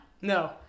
No